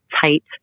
tight